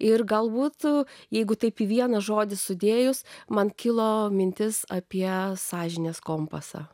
ir galbūt jeigu taip į vieną žodį sudėjus man kilo mintis apie sąžinės kompasą